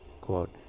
Quote